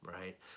right